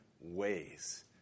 ways